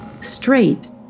straight